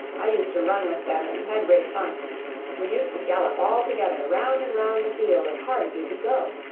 i used to run with them, and had great fun we used to gallop all together round and round the field as hard as we could go.